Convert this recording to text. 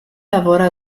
lavora